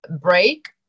break